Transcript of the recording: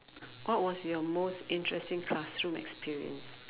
what was your most interesting classroom experience